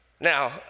Now